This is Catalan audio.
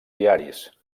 diaris